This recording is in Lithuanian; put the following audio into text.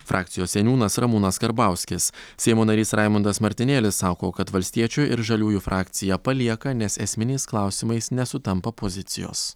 frakcijos seniūnas ramūnas karbauskis seimo narys raimundas martinėlis sako kad valstiečių ir žaliųjų frakciją palieka nes esminiais klausimais nesutampa pozicijos